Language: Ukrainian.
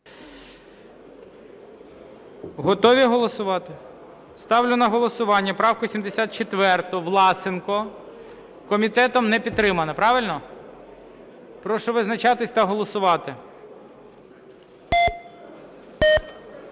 Готові голосувати? Ставлю на голосування правку 74 Власенка. Комітетом не підтримана, правильно? Прошу визначатись та голосувати.